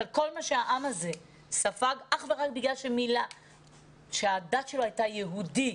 על מה שהעם הזה ספג אך ורק בגלל שהדת שלו הייתה יהודי.